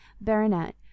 baronet